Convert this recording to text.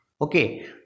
Okay